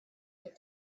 get